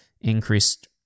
increased